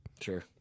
Sure